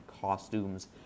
costumes